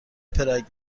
پراگ